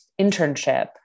internship